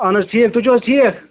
اَہَن حظ ٹھیٖک تُہۍ چھُو حظ ٹھیٖک